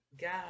God